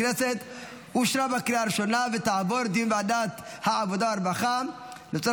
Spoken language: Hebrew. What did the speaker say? אושרה בקריאה הטרומית ותעבור לדיון בוועדת העבודה והרווחה לצורך